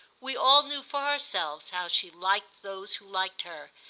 we all knew for ourselves how she liked those who liked her,